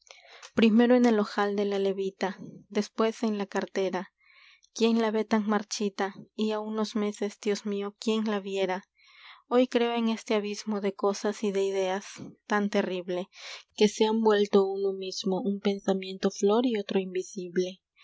primero en el ojal de la levita después en la cartera quién la ve tan marchita dios mío quién la viera y há unos meses hoy de creo en este y abismo cosas de ideas tan terrible que se un han vuelto uno mismo pensamiento flor y otro invisible